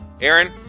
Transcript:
Aaron